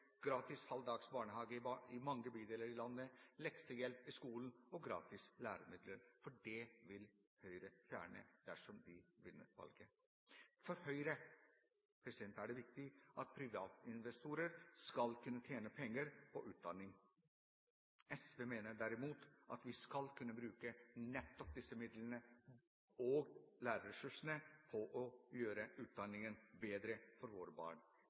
gratis halvdagsbarnehage i mange bydeler i landet, leksehjelp i skolen og gratis læremidler, for det vil Høyre fjerne dersom de vinner valget. For Høyre er det viktig at private investorer skal kunne tjene penger på utdanning. SV mener derimot at vi skal kunne bruke nettopp disse midlene og lærerressursene på å gjøre utdanningen bedre for våre barn.